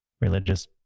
religious